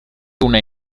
una